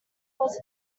was